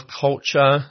culture